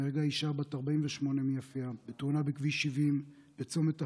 נהרגה אישה בת 48 מיפיע בתאונה בכביש 70 בצומת אחיהוד.